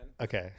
Okay